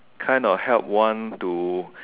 kind of help one to